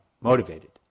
motivated